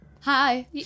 Hi